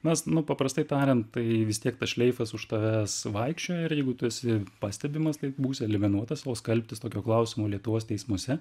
nes nuo paprastai tariant tai vis tiek tas šleifas už tavęs vaikščioja ir jeigu tu esi pastebimas taip būsi eliminuotas o skalbtis tokio klausimo lietuvos teismuose